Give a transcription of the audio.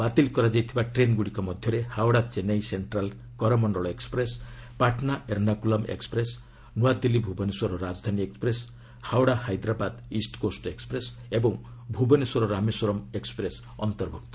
ବାତିଲ କରାଯାଇଥିବା ଟ୍ରେନ୍ଗୁଡ଼ିକ ମଧ୍ୟରେ Howrah Chennai central Coromandel express Patna Ernakulam express New Delhi Bhubaneswar Rajdhani express Howrah Hyderabad east coast express ଏବଂ ଭୁବନେଶ୍ୱର ରାମେଶ୍ୱରମ ଏକ୍କପ୍ରେସ୍ ଅନ୍ତର୍ଭୁକ୍ତ